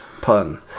pun